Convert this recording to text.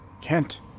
kent